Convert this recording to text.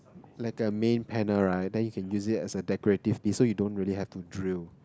like a main panel right then you can use it as a decorative disc so you don't really have to drill